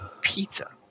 pizza